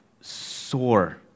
Soar